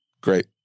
Great